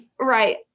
Right